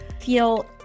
feel